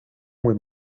muy